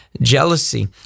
jealousy